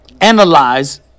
Analyze